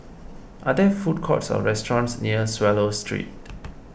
are there food courts or restaurants near Swallow Street